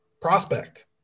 prospect